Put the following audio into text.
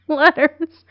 letters